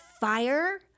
fire